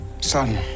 Son